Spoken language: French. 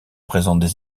présentent